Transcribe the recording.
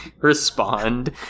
respond